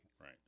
Right